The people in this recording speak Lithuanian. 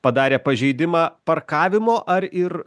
padarė pažeidimą parkavimo ar ir